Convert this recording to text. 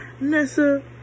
nessa